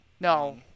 No